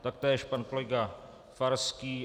Taktéž pan kolega Farský.